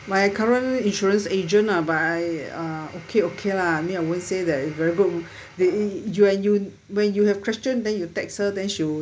my current insurance agent lah but I uh okay okay lah I mean I won't say that is a very good [one] they you and you when you have a question then you text her then she would